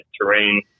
terrain